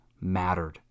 mattered